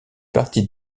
partie